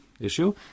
issue